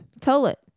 Toilet